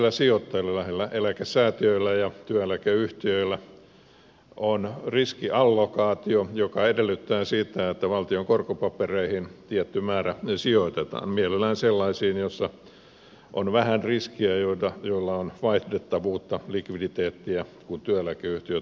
kansainvälisillä sijoittajilla lähinnä eläkesäätiöillä ja työeläkeyhtiöillä on riskiallokaatio joka edellyttää sitä että valtion korkopapereihin tietty määrä sijoitetaan mielellään sellaisiin joissa on vähän riskiä joilla on vaihdettavuutta likviditeettiä kun työeläkeyhtiöt vaativat